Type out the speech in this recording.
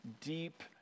deep